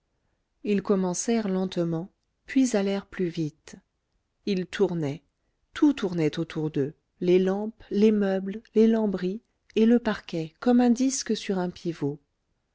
ils commencèrent lentement puis allèrent plus vite ils tournaient tout tournait autour d'eux les lampes les meubles les lambris et le parquet comme un disque sur un pivot